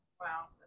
Wow